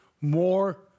more